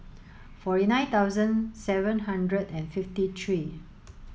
forty nine thousand seven hundred and fifty three